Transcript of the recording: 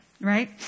right